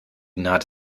naht